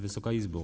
Wysoka Izbo!